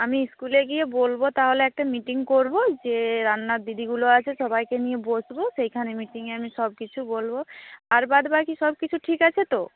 আমি স্কুলে গিয়ে বলব তাহলে একটা মিটিং করব যে রান্নার দিদিগুলো আছে সবাইকে নিয়ে বসবো সেখানে মিটিংয়ে আমি সব কিছু বলবো আর বাদ বাকি সব কিছু ঠিক আছে তো